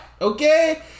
Okay